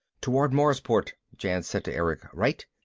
toward marsport, jan said to erick. right?